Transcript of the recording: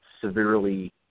severely